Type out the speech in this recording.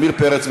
עמיר פרץ,